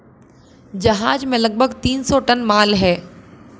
जहाज में लगभग तीन सौ टन माल है